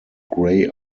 grey